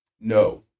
no